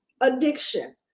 addiction